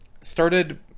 started